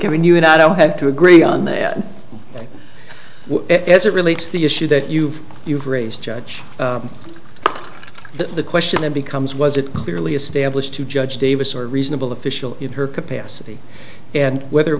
mean you and i don't have to agree on that as it relates the issue that you've you've raised judge that the question then becomes was it clearly established to judge davis or reasonable official in her capacity and whether it